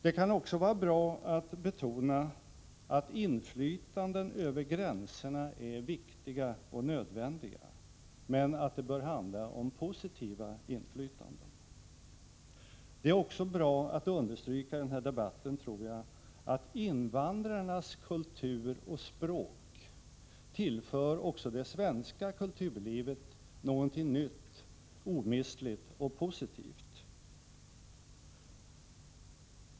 Det kan också vara bra att betona att inflytanden över gränserna är viktiga och nödvändiga men att det bör handla om positiva inflytanden. Jag tror också att det är bra att i den här debatten understryka att invandrarnas kultur och språk även tillför det svenska kulturlivet någonting nytt, omistligt och positivt.